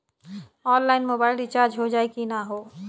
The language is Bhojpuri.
ऑनलाइन मोबाइल रिचार्ज हो जाई की ना हो?